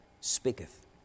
speaketh